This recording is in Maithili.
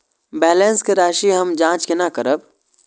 बैलेंस के राशि हम जाँच केना करब?